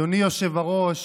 אדוני היושב-ראש,